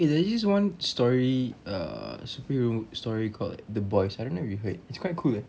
eh there's this one story err superhero story called the boys I don't know if you heard it's quite cool eh